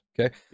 okay